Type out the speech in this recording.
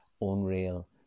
unreal